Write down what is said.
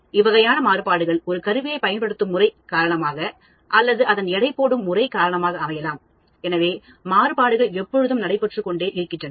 இவ்வகையான மாறுபாடுகள் ஒரு கருவியை பயன்படுத்தும் முறை காரணமாக அல்லது அதன் எடை போடும் முறை காரணமாக அமையலாம் எனவே மாறுபாடுகள் எப்பொழுதும் நடைபெற்றுக்கொண்டிருக்கின்றன